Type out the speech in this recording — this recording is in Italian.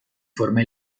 forma